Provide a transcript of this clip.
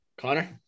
Connor